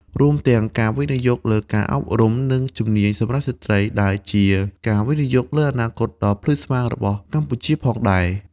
រួមទាំង ការវិនិយោគលើការអប់រំ និងជំនាញសម្រាប់ស្ត្រី ដែលជាការវិនិយោគលើអនាគតដ៏ភ្លឺស្វាងរបស់កម្ពុជាផងដែរ។